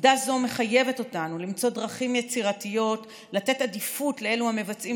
עובדה זו מחייבת אותנו למצוא דרכים יצירתיות לתת עדיפות לאלו המבצעים